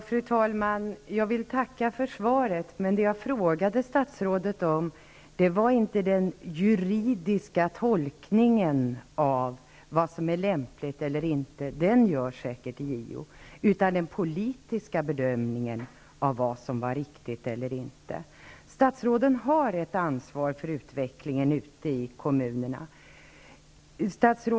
Fru talman! Jag vill tacka för svaret, men jag frågade inte om den juridiska tolkningen av vad som är lämpligt eller inte. Den gör säkert JO. Jag frågade i stället om den politiska bedömningen av vad som är riktigt eller inte. Statsråden har ett ansvar för utvecklingen ute i kommunerna.